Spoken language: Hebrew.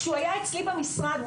כשהוא היה אצלי במשרד,